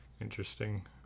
Interesting